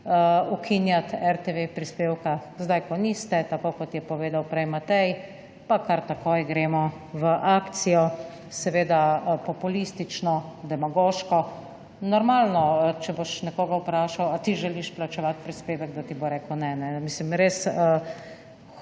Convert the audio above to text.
ukinjat RTV prispevka, zdaj ko niste, tako kot je povedal prej Matej, pa kar takoj gremo v akcijo, seveda populistično, demagoško. Normalno, če boš nekoga vprašal, ali ti želiš plačevat prispevek, da ti bo rekel ne. Mislim, res